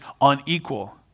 unequal